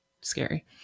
scary